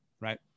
right